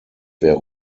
wäre